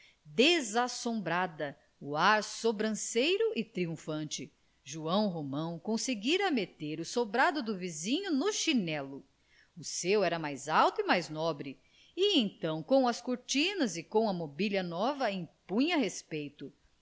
desassombrada o ar sobranceiro e triunfante joão romão conseguira meter o sobrado do vizinho no chinelo o seu era mais alto e mais nobre e então com as cortinas e com a mobília nova impunha respeito